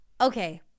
Okay